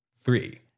Three